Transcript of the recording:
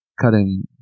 cutting